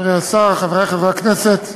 חברי השר, חברי חברי הכנסת,